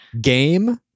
game